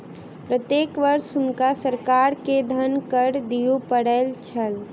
प्रत्येक वर्ष हुनका सरकार के धन कर दिअ पड़ैत छल